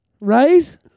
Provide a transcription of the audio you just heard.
Right